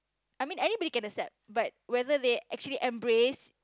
I mean anybody can accept but whether they actually embrace